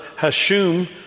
Hashum